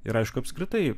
ir aišku apskritai